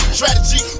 strategy